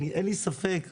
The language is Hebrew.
אין לי ספק שהקנסות,